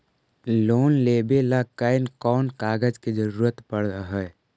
Loan लेबे ल कैन कौन कागज के जरुरत पड़ है?